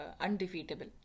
undefeatable